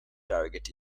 target